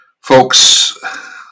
Folks